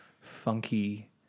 funky